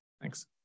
Thanks